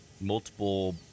multiple